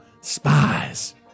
spies